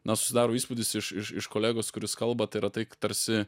na susidaro įspūdis iš iš iš kolegos kuris kalba tai yra tai tarsi